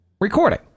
recording